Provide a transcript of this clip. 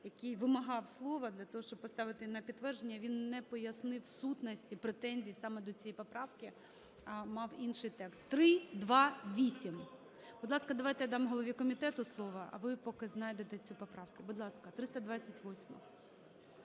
який вимагав слово для того, щоб поставити на підтвердження, він не пояснив сутності претензій саме до цієї поправки, а мав інший текст. 328. Будь ласка, давайте я дам голові комітету слово, а ви поки знайдете цю поправку. Будь ласка, 328-а.